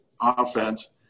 offense